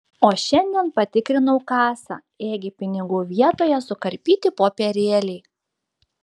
o šiandien patikrinau kasą ėgi pinigų vietoje sukarpyti popierėliai